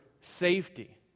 safety